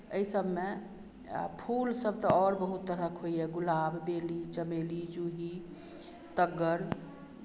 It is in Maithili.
एहिसभमे फूलसभ तऽ आओर बहुत तरहक होइए गुलाब बेली चमेली जूही तग्गर